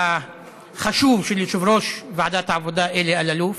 החשוב של יושב-ראש ועדת העבודה אלי אלאלוף,